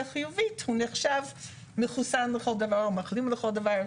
חיובית ואז הוא נחשב מחוסן לכל דבר או מחלים לכל דבר.